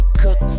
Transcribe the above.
cook